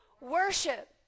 worship